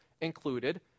included